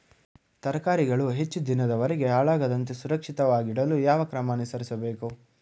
ತರಕಾರಿಗಳು ಹೆಚ್ಚು ದಿನದವರೆಗೆ ಹಾಳಾಗದಂತೆ ಸುರಕ್ಷಿತವಾಗಿಡಲು ಯಾವ ಕ್ರಮ ಅನುಸರಿಸಬೇಕು?